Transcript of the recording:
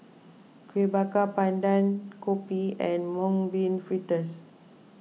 Kuih Bakar Pandan Kopi and Mung Bean Fritters